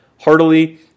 heartily